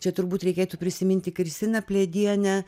čia turbūt reikėtų prisiminti kristiną pledienę